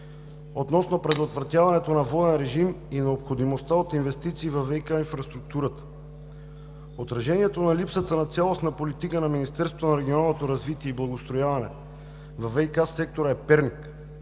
относно предотвратяването на воден режим и необходимостта от инвестиции във ВиК инфраструктурата. Отражението на липсата на цялостна политика на Министерството на регионалното